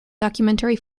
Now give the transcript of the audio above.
documentary